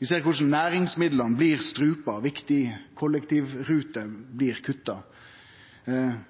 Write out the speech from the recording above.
Vi ser korleis næringsmidlane blir strupte, viktige kollektivruter blir kutta, fiskeripolitikken legg opp til eit ran av sterke kystsamfunn, og